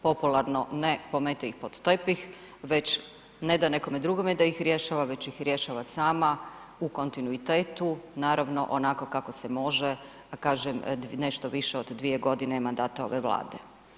Popularno „ne pomete ih pod tepih“, već ne da nekome drugome da ih rješava, već ih rješava sama u kontinuitetu naravno onako kako se može, a kažem nešto više od 2 godine mandata ove Vlade.